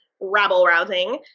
rabble-rousing